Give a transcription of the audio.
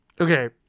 Okay